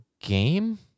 game